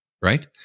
Right